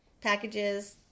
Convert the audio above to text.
packages